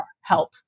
help